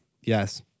Yes